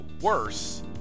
worse